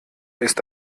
ist